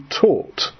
taught